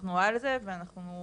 אנחנו על זה, ואנחנו